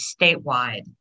statewide